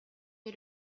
you